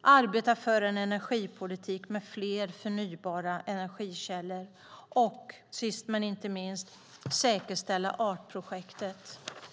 arbeta för en energipolitik med fler förnybara energikällor och sist men inte minst säkerställa Artprojektet.